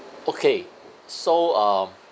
okay so um